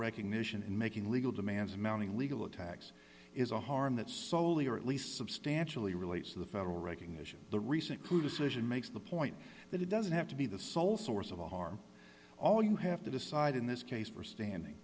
recognition in making legal demands amounting legal attacks is a harm that slowly or at least substantially relates to the federal recognition the recent coup decision makes the point that it doesn't have to be the sole source of all harm all you have to decide in this case for standing